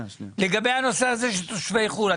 לגבי הנושא הזה של תושבי חו"ל,